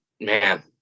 man